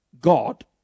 God